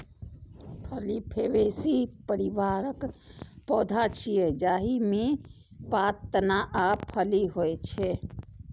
फली फैबेसी परिवारक पौधा छियै, जाहि मे पात, तना आ फली होइ छै